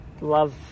love